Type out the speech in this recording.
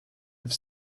have